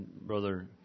Brother